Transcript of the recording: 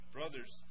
Brothers